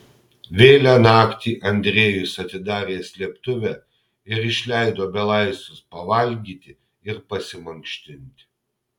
vėlią naktį andrejus atidarė slėptuvę ir išleido belaisvius pavalgyti ir pasimankštinti